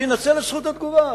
שינצל את זכות התגובה,